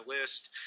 list